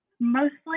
Mostly